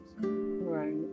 Right